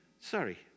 Sorry